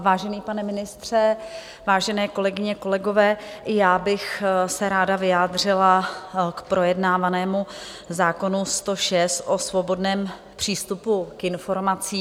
Vážený pane ministře, vážené kolegyně a kolegové, i já bych se ráda vyjádřila k projednávanému zákonu 106 o svobodném přístupu k informacím.